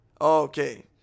Okay